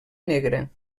negra